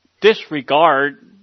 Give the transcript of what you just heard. disregard